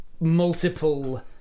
multiple